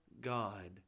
God